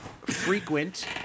Frequent